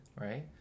Right